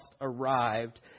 arrived